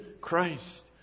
Christ